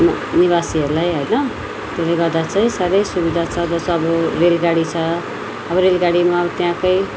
त्यहाँको निवासीहरूलाई होइन त्यसले गर्दा चाहिँ साह्रै सुविधा छ जस्तो अब रेलगाडी छ अब रेलगाडीमा अब त्यहाँकै